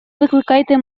викликайте